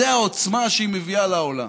זאת העוצמה שהיא מביאה לעולם.